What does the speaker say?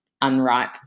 unripe